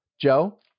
Joe